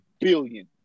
billion